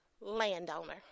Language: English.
landowner